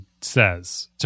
says